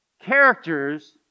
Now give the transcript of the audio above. characters